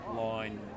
line